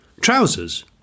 trousers